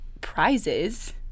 prizes